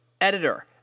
Editor